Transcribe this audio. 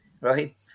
right